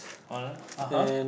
uh (uh huh)